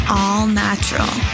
all-natural